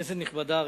כנסת נכבדה,